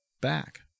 back